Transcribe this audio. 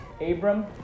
Abram